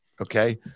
Okay